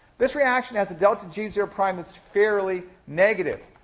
this reaction has a delta g zero prime that's fairly negative,